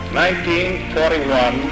1941